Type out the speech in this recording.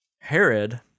Herod